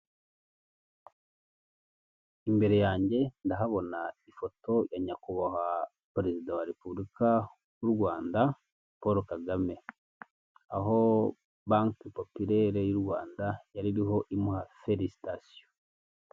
Imbere yanjye ndahabona ifoto ya nyakubahwa perezida wa repubulika w'u Rwanda Paul Kagame, aho banke popilere y'u Rwanda yari iriho imuha felisitasiyo.